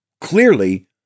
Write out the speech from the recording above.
Clearly